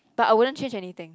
but I wouldn't change anything